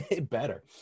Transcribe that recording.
Better